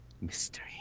Mystery